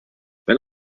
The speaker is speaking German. wenn